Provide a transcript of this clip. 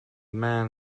man